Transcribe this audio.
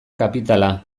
kapitala